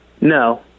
No